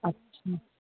अच्छा